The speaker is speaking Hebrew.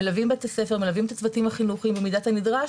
מלווים את הצוותים החינוכיים במידת הנדרש